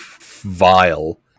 vile